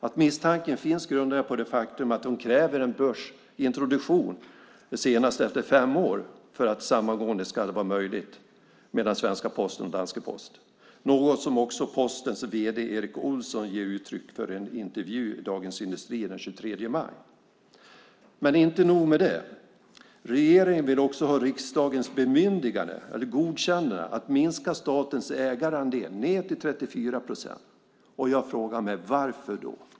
Att misstanken finns grundar jag på det faktum att de kräver en börsintroduktion senast efter fem år för att samgåendet mellan svenska och danska Posten ska vara möjligt. Det är något som också Postens vd Erik Olsson ger uttryck för i en intervju i Dagens Industri den 23 maj. Men det är inte nog med det. Regeringen vill också ha riksdagens bemyndigande, godkännande, att minska statens ägarandel till 34 procent. Varför då?